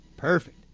Perfect